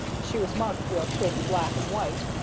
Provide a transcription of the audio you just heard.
she was marked real pretty, black and white,